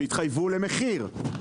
שיתחייבו למחיר זול.